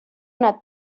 una